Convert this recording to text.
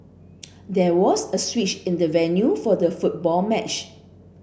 there was a switch in the venue for the football match